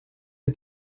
est